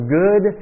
good